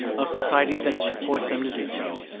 of society that it should force them to do so.